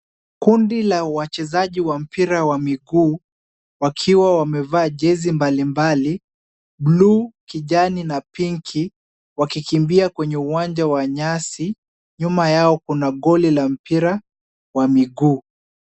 Kundi la wachezaji wa mpira wa miguu wakiwa wamevaa jezi mbalimbali, blue ,kijani na pinki, wakikimbia kwenye uwanja wa nyasi. Nyuma yao kuna goli la mpira wa miguu.